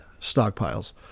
stockpiles